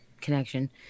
connection